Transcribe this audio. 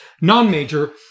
non-major